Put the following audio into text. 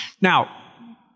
Now